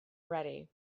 ready